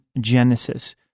Genesis